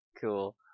Cool